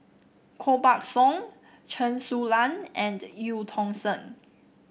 Koh Buck Song Chen Su Lan and Eu Tong Sen